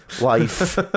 life